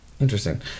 Interesting